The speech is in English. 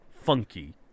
Funky